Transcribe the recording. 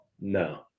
No